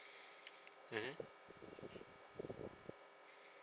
mmhmm